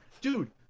dude